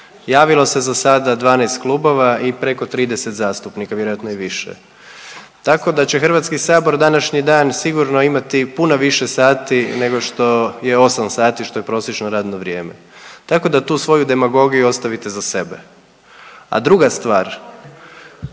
Javilo se zasada 12 klubova i preko 30 zastupnika, vjerojatno i više tako da će HS današnji dan sigurno imati puno više sati nego što je 8 sati, što je prosječno radno vrijeme. Tako da tu svoju demagogiju ostavite za sebe. A druga stvar,